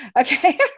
okay